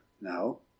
no